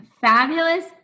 fabulous